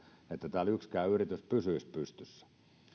että tällä yksikään yritys pysyisi pystyssä